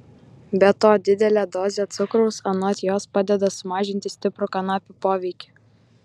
be to didelė dozė cukraus anot jos padeda sumažinti stiprų kanapių poveikį